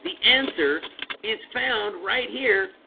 the answer is found right here